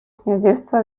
князівства